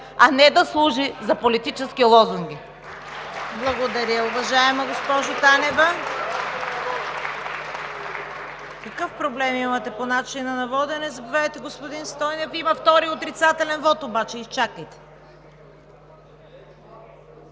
а не да служи за политически лозунги.